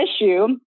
issue